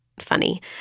funny